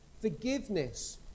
forgiveness